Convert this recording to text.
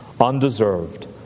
Undeserved